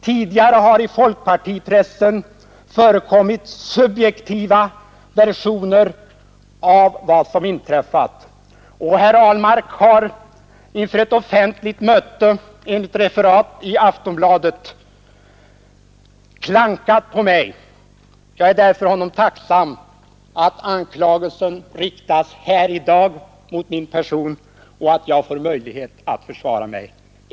Tidigare har i folkpartipressen förekommit subjektiva versioner av vad som inträffat, då herr Ahlmark inför ett offentligt möte, enligt referat i Aftonbladet, klankat på mig. Jag är honom därför tacksam att anklagelsen riktas här i dag mot min person, så att jag får möjlighet att försvara mig.